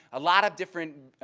a lot of different